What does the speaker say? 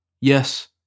yes